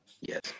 Yes